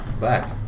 Back